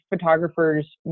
photographer's